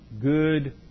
good